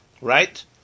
Right